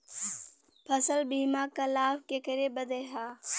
फसल बीमा क लाभ केकरे बदे ह?